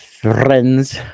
friends